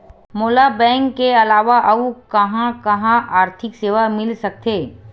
मोला बैंक के अलावा आऊ कहां कहा आर्थिक सेवा मिल सकथे?